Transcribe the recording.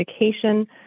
education